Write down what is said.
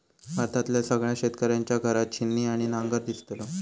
भारतातल्या सगळ्या शेतकऱ्यांच्या घरात छिन्नी आणि नांगर दिसतलो